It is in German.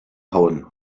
hauen